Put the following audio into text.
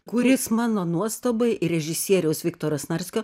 kuris mano nuostabai režisieriaus viktoro snarskio